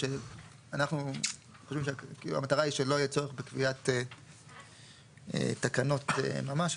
המטרה היא שלא יהיה צורך בקביעת תקנות ממש,